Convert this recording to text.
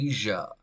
Asia